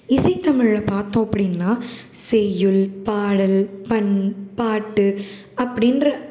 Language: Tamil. இசைத்தமிழில் பார்த்தோம் அப்படின்னா செய்யுள் பாடல் பண் பாட்டு அப்படின்ற